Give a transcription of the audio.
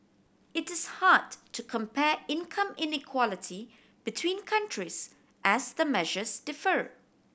it is hard to compare income inequality between countries as the measures differ